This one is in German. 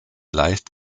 leicht